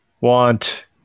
want